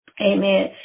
Amen